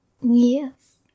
Yes